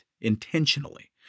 intentionally